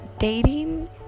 Dating